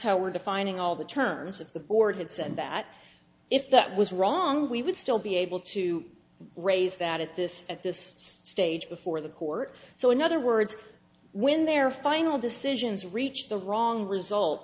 how we're defining all the terms of the board had said that if that was wrong we would still be able to raise that at this at this stage before the court so in other words when their final decisions reached the wrong result